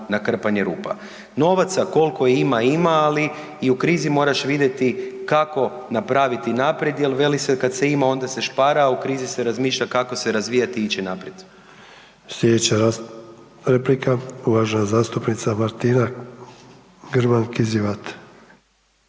na krpanje rupa. Novaca koliko ima, ima, ali i u krizi moraš vidjeti kako napraviti naprijed jer, veli se, kad se ima onda se špara, a u krizi se razmišlja kako se razvijati i ići naprijed. **Sanader, Ante (HDZ)** Sljedeća replika, uvažena zastupnica Martina Grman Kizivat.